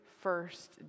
first